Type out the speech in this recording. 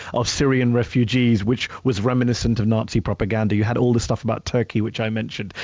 of syria and refugees, which was reminiscent of nazi propaganda. you had all this stuff about turkey, which i mentioned.